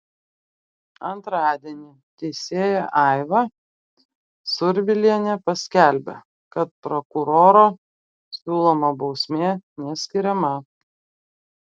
antradienį teisėja aiva survilienė paskelbė kad prokuroro siūloma bausmė neskiriama